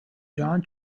john